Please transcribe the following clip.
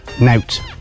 Note